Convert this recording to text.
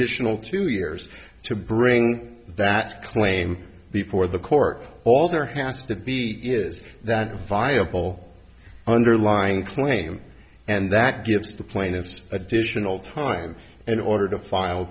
additional two years to bring that claim before the court all there has to be is that viable underlying claim and that gives the plaintiffs additional time in order to file